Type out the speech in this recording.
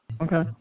Okay